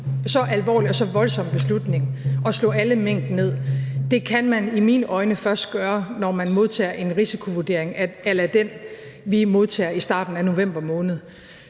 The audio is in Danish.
så alvorlig og så voldsom beslutning om at slå alle mink ned kan man i mine øjne først gøre, når man modtager en risikovurdering a la den, vi modtager i starten af november måned.